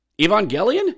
Evangelion